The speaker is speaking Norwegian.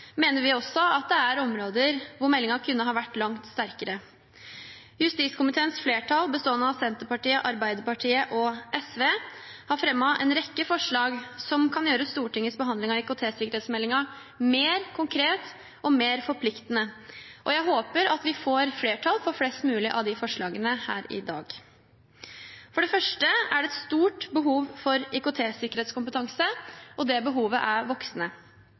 mener vi også at det er områder hvor meldingen kunne ha vært langt sterkere. Justiskomiteens flertall bestående av Senterpartiet, Arbeiderpartiet og SV har fremmet en rekke forslag som kan gjøre Stortingets behandling av IKT-sikkerhetsmeldingen mer konkret og mer forpliktende. Jeg håper at vi får flertall for flest mulig av de forslagene her i dag. For det første er det et stort behov for IKT-sikkerhetskompetanse, og det behovet er voksende.